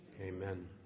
Amen